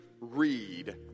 read